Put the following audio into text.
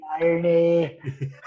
irony